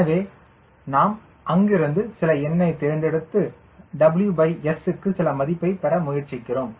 எனவே நாம் அங்கிருந்து சில எண்ணைத் தேர்ந்தெடுத்து WS க்கு சில மதிப்பைப் பெற முயற்சிக்கிறோம்